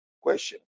Question